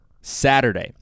Saturday